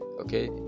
okay